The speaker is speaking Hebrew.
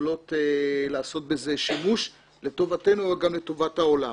יכולות לעשות בזה שימוש לטובתנו אבל גם לטובת העולם.